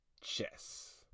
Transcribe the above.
chess